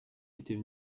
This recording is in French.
étaient